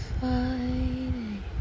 fighting